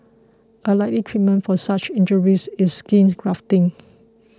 a likely treatment for such injuries is skin grafting